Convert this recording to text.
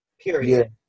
period